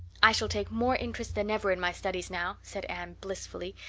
i shall take more interest than ever in my studies now, said anne blissfully,